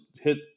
hit